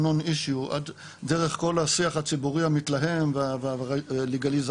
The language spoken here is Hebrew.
non-issue דרך כל השיח הציבורי המתלהם והלגליזציה,